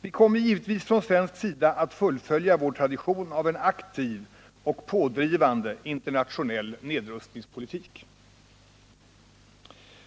Vi kommer givetvis från svensk sida att fullfölja vår tradition av en aktiv och pådrivande internationell nedrustningspolitik.